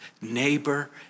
neighbor